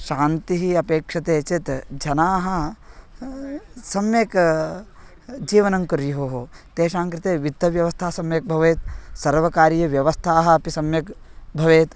शान्तिः अपेक्षते चेत् जनाः सम्यक् जीवनं कुर्युः तेषां कृते वित्तव्यवस्था सम्यक् भवेत् सर्वकारीयव्यवस्थाः अपि सम्यक् भवेत्